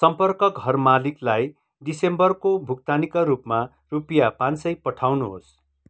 सम्पर्क घर मालिकलाई डिसेम्बरको भुक्तानीका रूपमा रुपियाँ पाँच सय पठाउनुहोस्